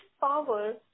power